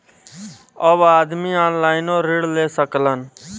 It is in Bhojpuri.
अब आदमी ऑनलाइनों ऋण ले सकलन